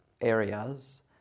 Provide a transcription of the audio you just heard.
areas